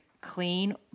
clean